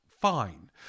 fine